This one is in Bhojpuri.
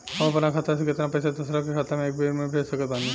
हम अपना खाता से केतना पैसा दोसरा के खाता मे एक बार मे भेज सकत बानी?